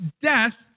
death